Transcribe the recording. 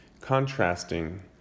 contrasting